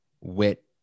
wit